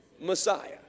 messiah